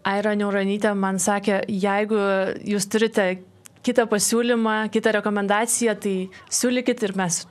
aira niauronytė man sakė jeigu jūs turite kitą pasiūlymą kitą rekomendaciją tai siūlykit ir mes